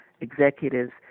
executives